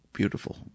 Beautiful